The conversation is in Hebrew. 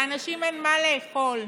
לאנשים אין מה לאכול,